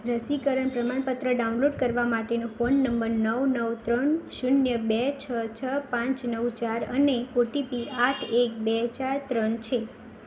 રસીકરણ પ્રમાણપત્ર ડાઉનલોડ કરવા માટેનો ફોન નંબર નવ નવ ત્રણ શૂન્ય બે છ છ પાંચ નવ ચાર અને ઓટીપી આઠ એક બે ચાર ત્રણ છે